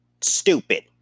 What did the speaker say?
stupid